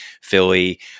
Philly